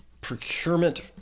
procurement